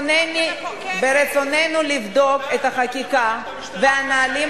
ברצוננו לבדוק את החקיקה והנהלים